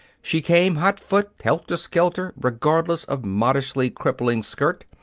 she came hot-foot, helter-skelter, regardless of modishly crippling skirt,